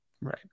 Right